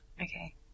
Okay